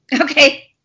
Okay